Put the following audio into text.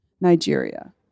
Nigeria